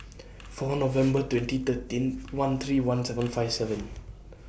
four November twenty thirteen one three one seven five seven